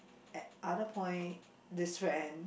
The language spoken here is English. at other point this friend